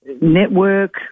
network